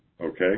Okay